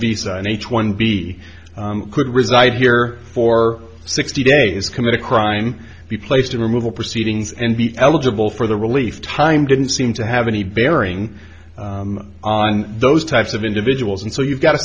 the and each one b could reside here for sixty days commit a crime be placed in removal proceedings and be eligible for the relief time didn't seem to have any bearing on those types of individuals and so you've got a